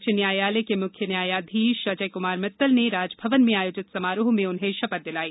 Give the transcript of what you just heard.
उच्च न्यायालय के मुख्य न्यायाधीश अजय कुमार मित्तल ने राजभवन में आयोजित समारोह में उन्हें शपथ दिलाई